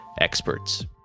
experts